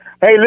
Hey